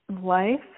life